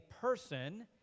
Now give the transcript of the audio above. person